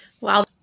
Wow